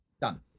Done